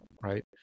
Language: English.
Right